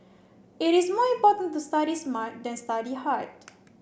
it is more important to study smart than study hard